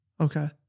Okay